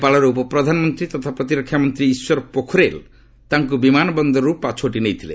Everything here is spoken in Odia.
ନେପାଳର ଉପପ୍ରଧାନମନ୍ତ୍ରୀ ତଥା ପ୍ରତିରକ୍ଷା ମନ୍ତ୍ରୀ ଈଶ୍ୱର ପୋଖରେଲ୍ ତାଙ୍କୁ ବିମାନ ବନ୍ଦରରୁ ପାଛୋଟି ନେଇଥିଲେ